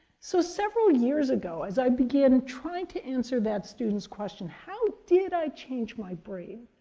so, several years ago, as i begin trying to answer that student's question, how did i change my brain,